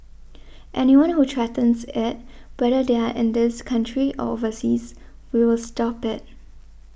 anyone who threatens it whether they are in this country or overseas we will stop it